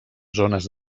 zones